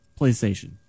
PlayStation